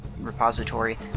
repository